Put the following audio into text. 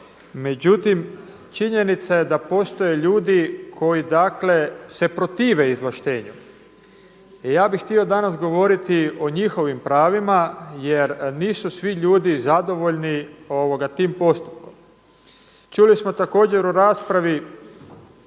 Međutim, činjenica je da postoje ljudi koji dakle se protive izvlaštenju. Ja bih htio danas govoriti o njihovim pravima jer nisu svi ljudi zadovoljni tim postupkom. Čuli smo također u raspravi